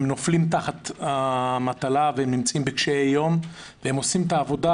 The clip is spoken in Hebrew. הם נופלים תחת המטלה והם נמצאים בקשיי יום והם עושים את העבודה